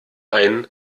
ein